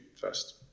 first